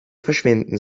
verschwinden